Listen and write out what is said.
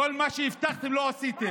כל מה שהבטחתם, לא עשיתם.